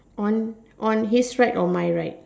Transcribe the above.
on on his right or my right